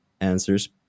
answers